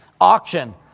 auction